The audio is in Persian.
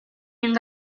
این